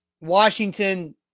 Washington